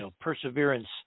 perseverance